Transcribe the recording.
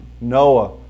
Noah